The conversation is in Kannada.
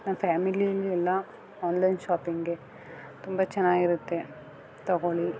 ನಮ್ಮ ಫ್ಯಾಮಿಲೀಲಿ ಎಲ್ಲ ಆನ್ಲೈನ್ ಶಾಪಿಂಗೆ ತುಂಬ ಚೆನ್ನಾಗಿರುತ್ತೆ ತಗೋಳಿ